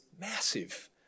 massive